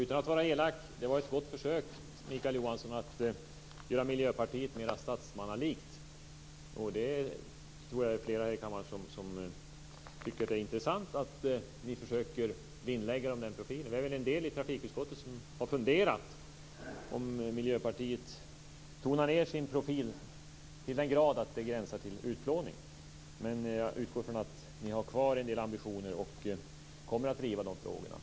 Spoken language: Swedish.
Fru talman! Utan att vara elak vill jag säga att det var ett gott försök att göra Miljöpartiet mer statsmannalikt, Mikael Johansson. Jag tror att det är flera här i kammaren som tycker att det är intressant att ni försöker vinnlägga er om den profilen. Vi är väl några i trafikutskottet som har funderat om Miljöpartiet tonar ned sin profil till den grad att det gränsar till utplåning. Men jag utgår från att ni har kvar en del ambitioner och kommer att driva de frågorna.